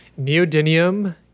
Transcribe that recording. neodymium